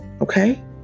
Okay